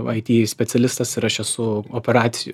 it specialistas ir aš esu operacijų